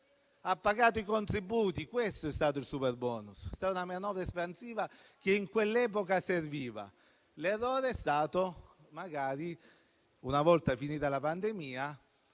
e versato i contributi. Questo è stato il superbonus: è stata una manovra espansiva che in quell'epoca serviva. L'errore è stato, magari, una volta finita la pandemia,